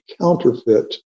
counterfeit